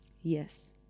Yes